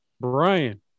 Brian